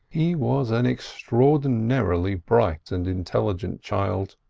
he was an extraordinarily bright and intelligent child.